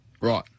Right